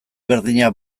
berdinak